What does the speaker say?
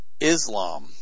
Islam